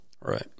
right